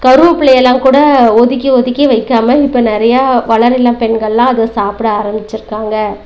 கருவேப்பிலை எல்லாம் கூட ஒதுக்கி ஒதுக்கி வைக்காமல் இப்போ நிறையா வளர் இளம் பெண்களெலாம் அதை சாப்பிட ஆரம்பிச்சிருக்காங்கள்